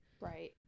Right